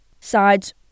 sides